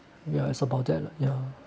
ya it's about there lah ya